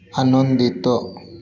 ଆନନ୍ଦିତ